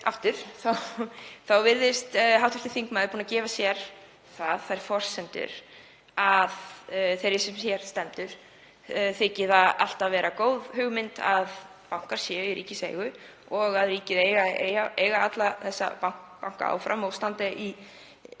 Aftur virðist hv. þingmaður búinn að gefa sér þær forsendur að þeirri sem hér stendur þyki það alltaf góð hugmynd að bankar séu í ríkiseigu og að ríkið eigi að eiga alla þessa banka áfram og standa í